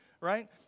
right